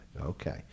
Okay